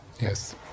Yes